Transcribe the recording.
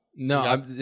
No